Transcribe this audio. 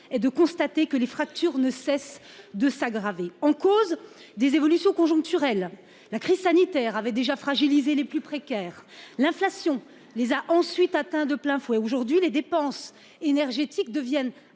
est de le constater, les fractures ne cessent de s'aggraver. Sont en cause des évolutions conjoncturelles : la crise sanitaire avait déjà fragilisé les plus précaires, l'inflation les a ensuite atteints de plein fouet. Aujourd'hui, les dépenses énergétiques deviennent insoutenables